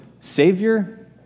Savior